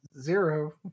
Zero